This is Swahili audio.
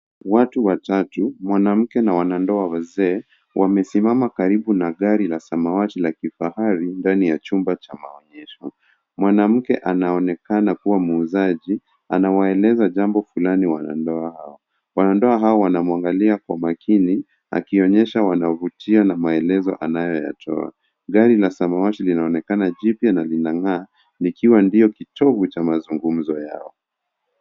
Watu watatu, mwanamke na wanandoa wazee wamesimama karibu na gari la samawati la kifahari ndani ya chumba cha maonyesho. Mwanamke anaonekana kuwa muuzaji anawaeleza jambo fulani wanandoa hao. Wanandoa hawa wanamwangalia kwa makini akionesha wanavutiwa na maelezo anayoyatoa. Gari la samawati linaonekana jipya na linang'aa likiwa ndio kitovu cha mazungumzo yao.